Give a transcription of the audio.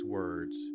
words